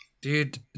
Dude